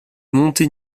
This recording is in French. monter